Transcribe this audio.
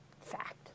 fact